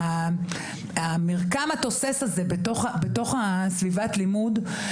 והמרקם התוסס הזה בתוך סביבת הלימוד,